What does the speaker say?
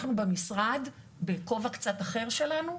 אנחנו במשרד בכובע קצת אחר שלנו,